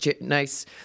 nice